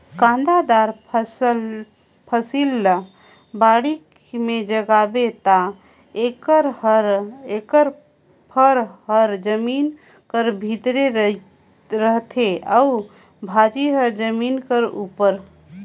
कांदादार फसिल ल बाड़ी में जगाबे ता एकर फर हर जमीन कर भीतरे रहथे अउ भाजी हर जमीन कर उपर